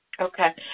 Okay